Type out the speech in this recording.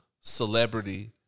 celebrity